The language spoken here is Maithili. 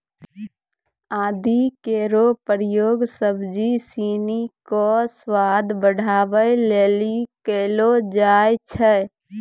आदि केरो प्रयोग सब्जी सिनी क स्वाद बढ़ावै लेलि कयलो जाय छै